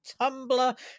Tumblr